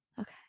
Okay